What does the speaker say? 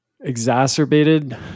exacerbated